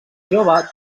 jove